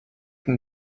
can